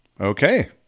okay